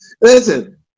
Listen